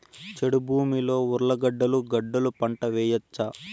చౌడు భూమిలో ఉర్లగడ్డలు గడ్డలు పంట వేయచ్చా?